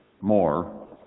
more